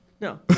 No